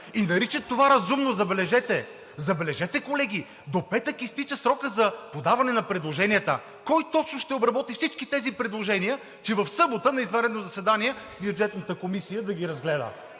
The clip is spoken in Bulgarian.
наричат това разумно. Забележете, колеги, до петък изтича срокът за подаване на предложенията. Кой точно ще обработи всички тези предложения, че в събота – на извънредно заседание, Бюджетната комисия да ги разгледа?